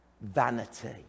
vanity